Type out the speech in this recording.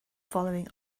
following